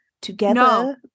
together